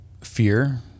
fear